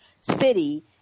city